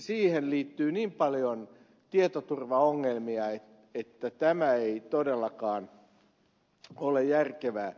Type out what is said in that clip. siihen liittyy niin paljon tietoturvaongelmia että tämä ei todellakaan ole järkevää